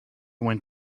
went